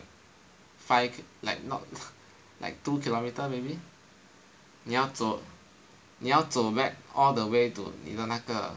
five like not like two kilometre maybe 你要走你要走 back all the way to 你的那个